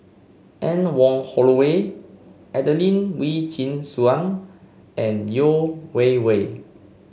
Anne Wong Holloway Adelene Wee Chin Suan and Yeo Wei Wei